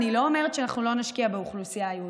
אני לא אומרת שאנחנו לא נשקיע באוכלוסייה היהודית.